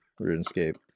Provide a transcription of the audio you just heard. RuneScape